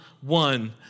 one